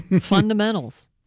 Fundamentals